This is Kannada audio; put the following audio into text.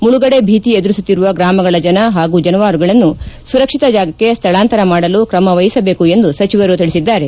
ಮುಳುಗಡೆ ಭೀತಿ ಎದುರಿಸುತ್ತಿರುವ ಗ್ರಾಮಗಳ ಜನ ಹಾಗೂ ಜಾನುವಾರುಗಳನ್ನು ಸುರಕ್ಷಿತ ಜಾಗಕ್ಷೆ ಸ್ಗಳಾಂತರ ಮಾಡಲು ಕ್ರಮ ವಹಿಸಬೇಕು ಎಂದು ಸಚಿವರು ತಿಳಿಸಿದ್ದಾರೆ